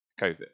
COVID